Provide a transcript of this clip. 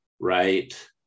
right